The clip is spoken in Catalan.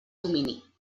domini